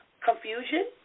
Confusion